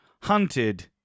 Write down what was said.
Hunted